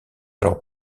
alors